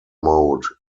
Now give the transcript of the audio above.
mode